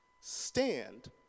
Stand